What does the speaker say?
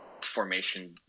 formation